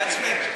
לעצמי.